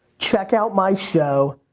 check out my show,